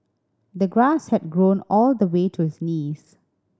the grass had grown all the way to his knees